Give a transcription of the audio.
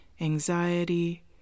anxiety